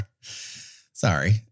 sorry